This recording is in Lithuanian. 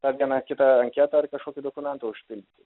tą vieną ar kitą anketą ar kažkokį dokumentą užpildyt